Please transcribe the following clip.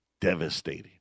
Devastating